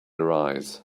arise